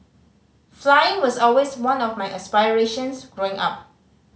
flying was always one of my aspirations growing up